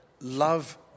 love